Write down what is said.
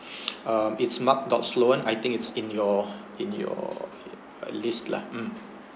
um it's mark dot sloan I think it's in your in your list lah mm